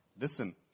Listen